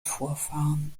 vorfahren